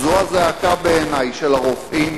זו בעיני הזעקה של הרופאים.